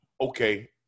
okay